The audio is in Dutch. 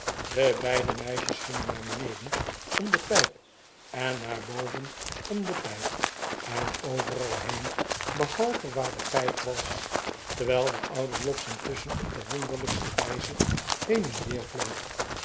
de beide meisjes gingen naar beneden om de pijp en naar boven om de pijp en overal heen behalve waar de pijp was terwijl de oude lobbs intusschen op de wonderlijkste wijze heen en weer